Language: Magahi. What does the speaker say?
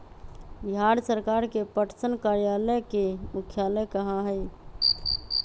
बिहार सरकार के पटसन कार्यालय के मुख्यालय कहाँ हई?